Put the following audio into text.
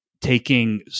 taking